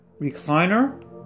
recliner